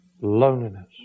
Loneliness